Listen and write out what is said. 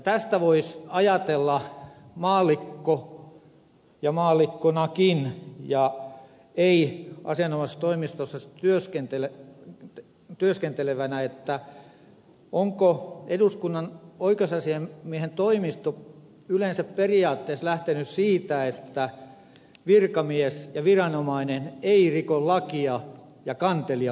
tästä voisi ajatella maallikkonakin ja ei asianomaisessa toimistossa työskentelevänä onko eduskunnan oikeusasiamiehen toimisto yleensä periaatteessa lähtenyt siitä että virkamies ja viranomainen ei riko lakia ja kantelija on väärässä